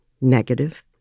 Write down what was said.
negative